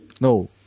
No